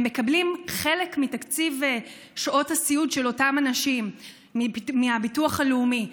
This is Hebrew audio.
הם מקבלים חלק מתקציב שעות הסיעוד של אותם אנשים מהביטוח הלאומי.